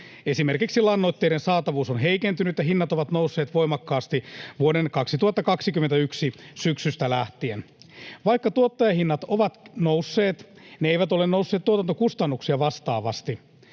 Esimerkiksi lannoitteiden saatavuus on heikentynyt, ja hinnat ovat nousseet voimakkaasti vuoden 2021 syksystä lähtien. Vaikka tuottajahinnat ovat nousseet, ne eivät ole nousseet tuotantokustannuksia vastaavasti.